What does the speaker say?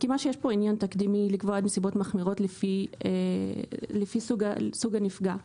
עניין תקדימי לקבוע נסיבות מחמירות לפי סוג הנפגע,